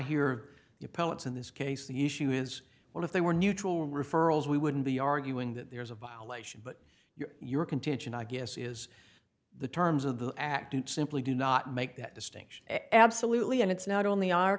hear you poets in this case the issue is well if they were neutral referrals we wouldn't be arguing that there's a violation but your your contention i guess is the terms of the act it simply do not make that distinction absolutely and it's not only